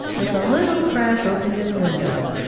with a little crack opened in the window,